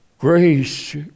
Grace